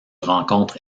rencontre